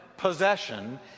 possession